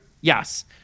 Yes